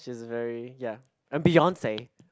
she's very ya and Beyonce